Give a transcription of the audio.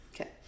okay